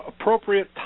appropriate